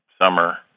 summer